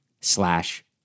slash